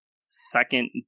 second